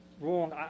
wrong